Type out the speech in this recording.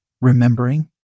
remembering